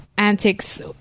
antics